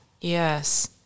Yes